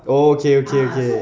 oh okay okay okay